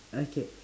okay